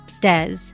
des